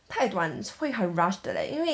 太短会很 rush 的 leh 因为